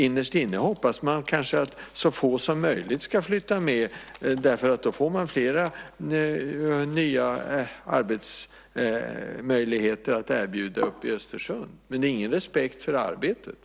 Innerst inne hoppas man att så få som möjligt ska flytta med eftersom man då får fler nya arbetsmöjligheter att erbjuda i Östersund. Men det är ingen respekt för arbetet.